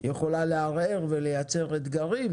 יכולה לערער ולייצר אתגרים,